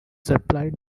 supplied